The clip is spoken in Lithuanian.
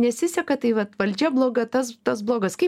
nesiseka tai vat valdžia bloga tas tas blogas kaip